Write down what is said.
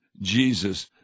Jesus